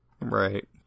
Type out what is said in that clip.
Right